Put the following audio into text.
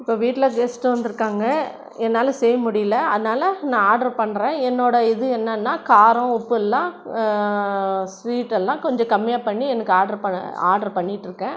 இப்போ வீட்டில கெஸ்ட்டு வந்திருக்காங்க என்னால் செய்யமுடியல அதனால நான் ஆட்ரு பண்ணுறேன் என்னோடய இது என்னன்னா காரம் உப்பு எல்லாம் ஸ்வீட் எல்லாம் கொஞ்சம் கம்மியாக பண்ணி எனக்கு ஆட்ரு ப ஆட்ரு பண்ணிகிட்ருக்கேன்